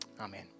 Amen